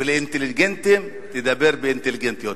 ולאינטליגנטים תדבר באינטליגנטיות.